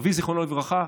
אבי, זיכרונו לברכה,